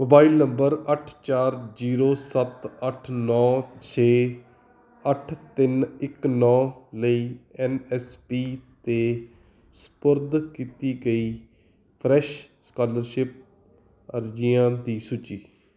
mobile number ਅੱਠ ਚਾਰ zero ਸੱਤ ਅੱਠ ਨੌ ਛੇ ਅੱਠ ਤਿੰਨ ਇੱਕ ਨੌ ਲਈ ਐੱਨ ਐੱਸ ਪੀ 'ਤੇ ਸਪੁਰਦ ਕੀਤੀ ਗਈ ਫਰੈਸ਼ ਸਕਾਲਰਸ਼ਿਪ ਅਰਜ਼ੀਆਂ ਦੀ ਸੂਚੀ